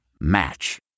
Match